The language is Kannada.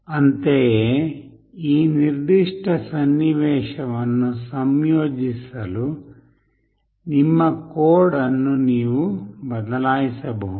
ಅಂತೆಯೇ ಈ ನಿರ್ದಿಷ್ಟ ಸನ್ನಿವೇಶವನ್ನು ಸಂಯೋಜಿಸಲು ನಿಮ್ಮ ಕೋಡ್ ಅನ್ನು ನೀವು ಬದಲಾಯಿಸಬಹುದು